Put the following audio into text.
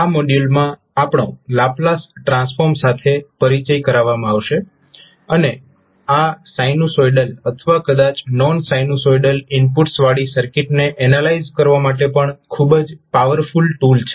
આ મોડ્યુલ માં આપણો લાપ્લાસ ટ્રાન્સફોર્મ સાથે પરિચય કરાવવામાં આવશે અને આ સાઈનુસોઇડલ અથવા કદાચ નોન સાઈનુસોઇડલ ઇનપુટ્સ વાળી સર્કિટને એનાલાઈઝ કરવા માટે એક ખૂબ જ પાવરફુલ ટૂલ છે